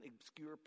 obscure